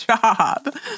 job